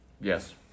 Yes